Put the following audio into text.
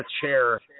chair